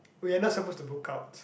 we are not suppose to book out